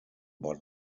but